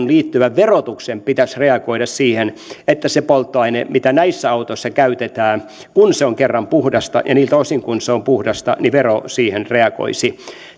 liittyvän verotuksen pitäisi reagoida siihen kun se polttoaine mitä näissä autoissa käytetään kerran on puhdasta eli niiltä osin kuin se on puhdasta niin vero siihen reagoisi